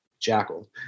Jackal